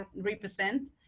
represent